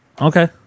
Okay